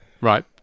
Right